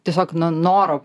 tiesiog na noro